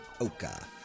Oka